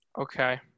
Okay